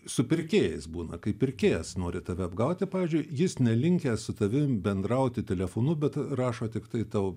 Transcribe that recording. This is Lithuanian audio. su pirkėjais būna kai pirkėjas nori tave apgauti pavyzdžiui jis nelinkęs su tavim bendrauti telefonu bet rašo tiktai tau